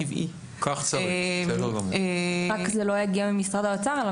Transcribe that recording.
רק שזה לא יגיע ממשרד האוצר אלא